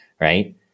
Right